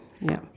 ya